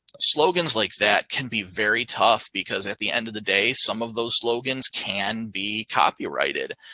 slogans like that can be very tough because at the end of the day, some of those slogans can be copyrighted.